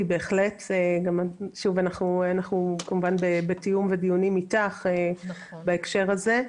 אנחנו כמובן בתיאום ובדיונים אתך בהקשר הזה.